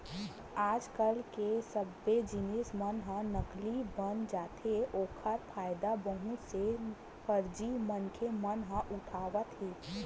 आज कल तो सब्बे जिनिस मन ह नकली बन जाथे ओखरे फायदा बहुत से फरजी मनखे मन ह उठावत हे